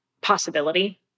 possibility